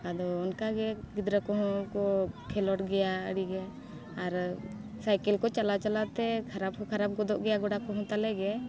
ᱟᱫᱚ ᱚᱱᱠᱟ ᱜᱮ ᱜᱤᱫᱽᱨᱟᱹ ᱠᱚᱦᱚᱸ ᱠᱚ ᱠᱷᱮᱞᱳᱰ ᱜᱮᱭᱟ ᱟᱹᱰᱤ ᱜᱮ ᱟᱨ ᱥᱟᱭᱠᱮᱞ ᱠᱚ ᱪᱟᱞᱟᱣ ᱪᱟᱞᱟᱣ ᱛᱮ ᱠᱷᱟᱨᱟᱯ ᱦᱚᱸ ᱠᱷᱟᱨᱟᱯ ᱜᱚᱫᱚᱜ ᱜᱮᱭᱟ ᱜᱚᱰᱟ ᱠᱚᱦᱚᱸ ᱛᱟᱞᱮ ᱜᱮ